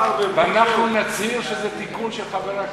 ואנחנו נצהיר שזה תיקון של חברת הכנסת,